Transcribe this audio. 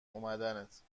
اومدنت